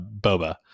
Boba